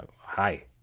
Hi